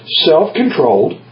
self-controlled